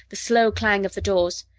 the slow clang of the doors.